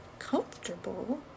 comfortable